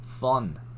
fun